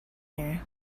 year